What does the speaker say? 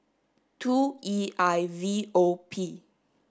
two E I V O P